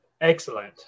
excellent